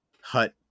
hut